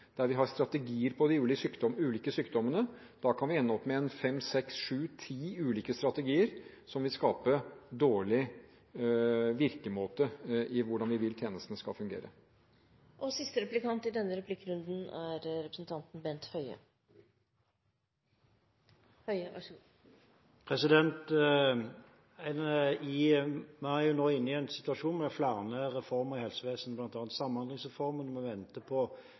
der vi har strategier for de ulike sykdommene, kan vi ende opp med fem, seks, syv, ti ulike strategier, som vil skape en dårlig virkemåte i hvordan vi vil at tjenestene skal fungere. Vi er nå inne i en situasjon med flere reformer i helsevesenet, bl.a. Samhandlingsreformen, og vi venter på en sak om omsorgsteknologi og bruk av ny teknologi. Et av de prosjektene som gjelder denne pasientgruppen, er KOLS-kofferten ved Dalane Distriktsmedisinske Senter i Egersund. Det